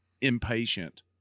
impatient